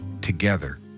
together